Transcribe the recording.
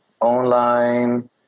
online